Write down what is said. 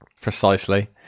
Precisely